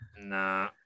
Nah